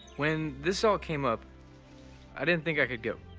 when this all came up i didn't think i could go.